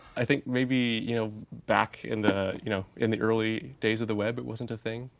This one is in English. i think maybe you know back in the you know in the early days of the web, it wasn't a thing.